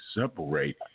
separate